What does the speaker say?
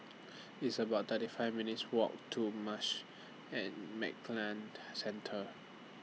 It's about thirty five minutes' Walk to Marsh and McLennan Centre